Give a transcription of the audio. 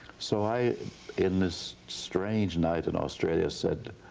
so i in this strange night in australia said,